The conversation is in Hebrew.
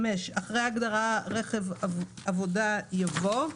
אחרי ההגדרה: רכב עבודה, יבוא: